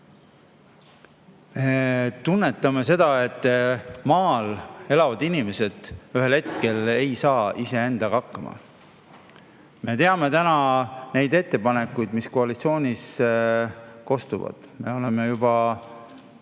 Tunnetame seda, et maal elavad inimesed ühel hetkel ei saa iseendaga hakkama. Me teame neid ettepanekuid, mis koalitsioonis kostavad. Me oleme